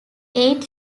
eight